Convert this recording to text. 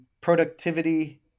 productivity